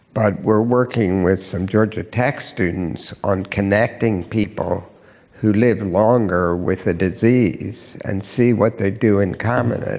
but we're working with some george tech students on connecting people who live longer with a disease and see what they do in common, and